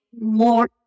more